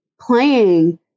playing